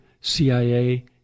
CIA